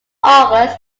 august